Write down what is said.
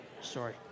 sorry